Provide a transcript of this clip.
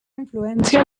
influència